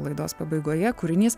laidos pabaigoje kūrinys